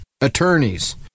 attorneys